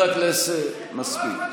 מספיק.